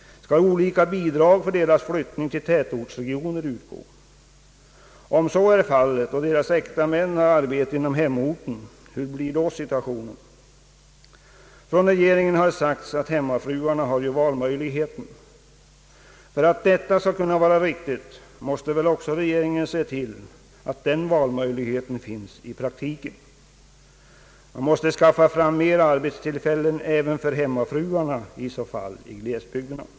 Skall olika bidrag för deras flyttning till tätortsregioner utgå? Om så är fallet och deras äkta män har arbete inom hemorten, hur blir då situationen? Regeringen har sagt att hemmafruarna har ju valmöjligheten. För att detta skall kunna vara riktigt, måste väl också regeringen se till att den valmöjligheten finns i praktiken. Man måste i så fall skaffa fram flera arbetstillfällen även för hemmafruarna i glesbygderna.